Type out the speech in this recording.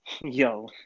yo